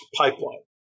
pipeline